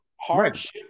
Hardship